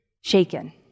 shaken